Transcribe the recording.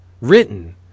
written